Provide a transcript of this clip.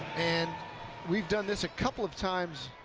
and we've done this a couple of times